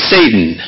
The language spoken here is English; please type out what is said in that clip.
Satan